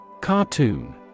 Cartoon